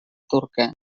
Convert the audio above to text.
turca